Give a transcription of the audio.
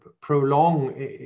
prolong